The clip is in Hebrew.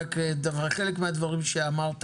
רק אומר שחלק מהדברים שאמרת,